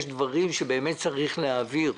יש דברים שבאמת צריך להעביר,